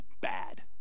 bad